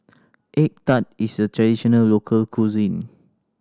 egg tart is a traditional local cuisine